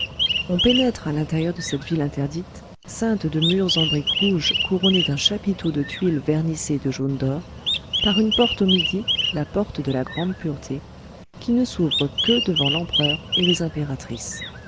on pénètre à l'intérieur de cette ville interdite ceinte de murs en briques rouges couronnés d'un chapiteau de tuiles vernissées de jaune d'or par une porte au midi la porte de la grande pureté qui ne s'ouvre que devant l'empereur et les impératrices